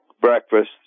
breakfast